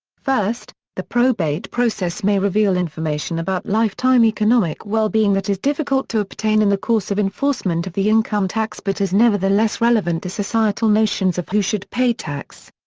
first, the probate process may reveal information about lifetime economic well-being that is difficult to obtain in the course of enforcement of the income tax but is nevertheless relevant to societal notions of who should pay tax.